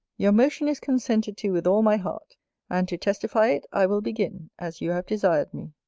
your motion is consented to with all my heart and to testify it, i will begin as you have desired me.